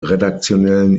redaktionellen